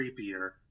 creepier